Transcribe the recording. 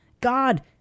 God